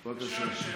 בבקשה.